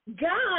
God